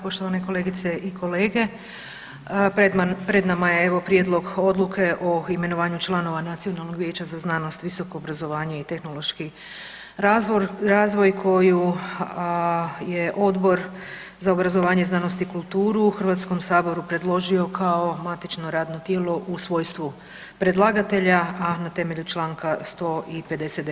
Poštovane kolegice i kolege pred nama je evo Prijedlog Odluke o imenovanju članova Nacionalnog vijeća za znanost, visoko obrazovanje i tehnološki razvoj koju je Odbor za obrazovanje, znanost i kulturu Hrvatskom saboru predložio kao matično radno tijelo u svojstvu predlagatelja, a na temelju Članka 159.